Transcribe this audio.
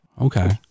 Okay